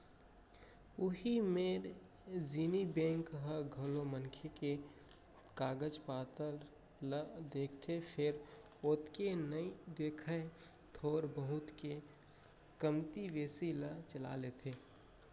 उही मेर निजी बेंक ह घलौ मनखे के कागज पातर ल देखथे फेर ओतेक नइ देखय थोर बहुत के कमती बेसी ल चला लेथे